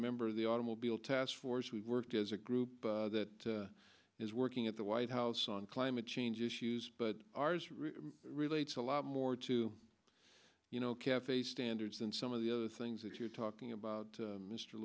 member of the automobile task force we worked as a group that is working at the white house on climate change issues but ours relates a lot more to you know cafe standards than some of the other things that you're talking about